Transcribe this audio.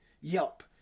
Yelp